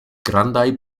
grandaj